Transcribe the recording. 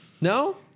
No